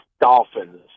Dolphins